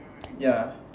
ya